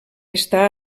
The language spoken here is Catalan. està